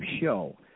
Show